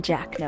Jack